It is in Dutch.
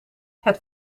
het